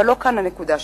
אבל לא זאת הנקודה שלי.